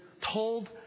told